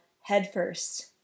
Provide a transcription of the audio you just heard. headfirst